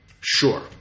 Sure